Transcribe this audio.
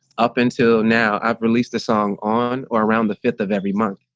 up until now, i've released a song on or around the fifth of every month.